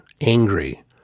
angry